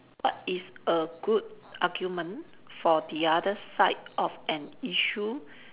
what is a good argument for the other side of an issue